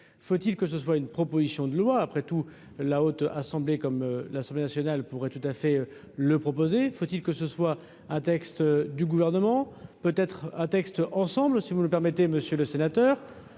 faut-il que ce soit une proposition de loi après tout la haute assemblée, comme l'Assemblée nationale pourrait tout à fait le proposer, faut-il que ce soit un texte du gouvernement peut être un texte ensemble si vous le permettez, monsieur le sénateur